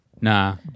Nah